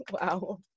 wow